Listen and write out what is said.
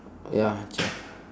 ya twelve